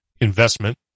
investment